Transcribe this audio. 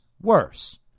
worse